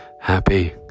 Happy